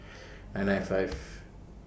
nine nine five